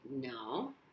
no